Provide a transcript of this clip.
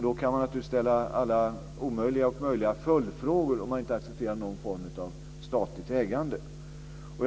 Om man inte accepterar någon form av statligt ägande kan man naturligtvis ställa alla omöjliga och möjliga följdfrågor.